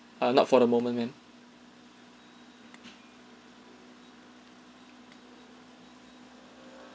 err not for the moment ma'am